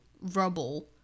rubble